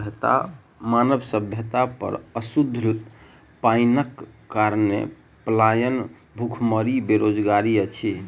मानव सभ्यता पर अशुद्ध पाइनक कारणेँ पलायन, भुखमरी, बेरोजगारी अछि